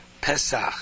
Pesach